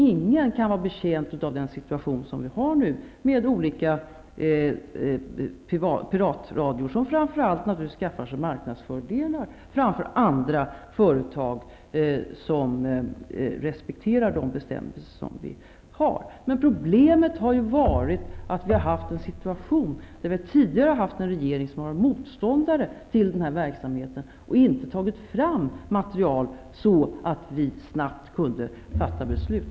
Ingen kan vara betjänt av den nuvarande situationen, med olika piratradioföretag som naturligtvis främst skaffar sig marknadsfördelar framför andra företag, som respekterar bestämmelserna. Men problemet är ju att vi tidigare haft en regering som varit motståndare till den här verksamheten och inte tagit fram material, så att vi snabbt kunde fatta beslut.